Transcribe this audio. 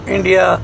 India